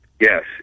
Yes